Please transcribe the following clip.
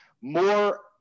more